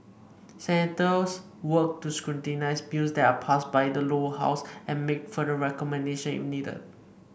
senators work to scrutinise bills that are passed by the Lower House and make further recommendation if needed